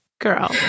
Girl